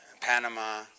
Panama